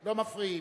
לא מפריעים.